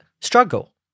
struggle